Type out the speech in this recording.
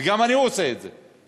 וגם אני עושה את זה,